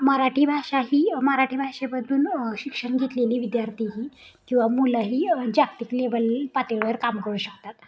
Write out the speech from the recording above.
मराठी भाषा ही मराठी भाषेमधून शिक्षण घेतलेली विद्यार्थीही किंवा मुलंही जागतिक लेवल पातळीवर काम करू शकतात